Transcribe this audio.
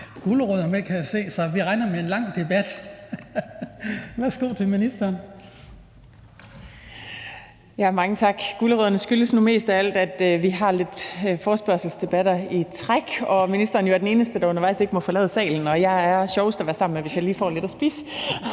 Besvarelse Beskæftigelsesministeren (Ane Halsboe-Jørgensen): Mange tak. Gulerødderne skyldes nu mest af alt, at vi har flere forespørgselsdebatter i træk, og at ministeren jo er den eneste, der undervejs ikke må forlade salen, og jeg er sjovest at være sammen med, hvis jeg lige får lidt at spise.